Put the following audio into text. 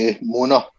Mona